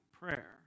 prayer